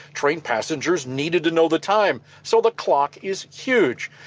train passengers needed to know the time. so the clock is huge.